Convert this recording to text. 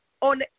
on